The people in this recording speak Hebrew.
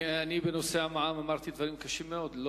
בנושא המע"מ אמרתי דברים קשים מאוד.